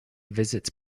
visits